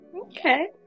Okay